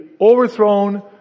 overthrown